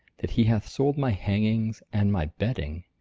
that he hath sold my hangings, and my bedding!